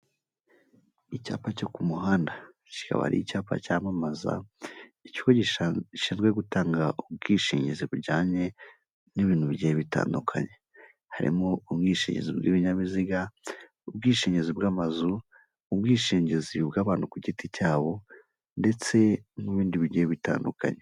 Icyapa cyo ku muhanda cyaba icyapa cyamamaza ikigo gishinzwe gutanga ubwishingizi bujyanye n'ibintu bitandukanye harimo ubwishingizi bw'ibinyabiziga, ubwishingizi bw'amazu, ubwishingizi bw'abantu ku giti cyabo ndetse n'ibindi bigiye bitandukanye.